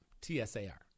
T-S-A-R